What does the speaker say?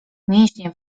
mięśnie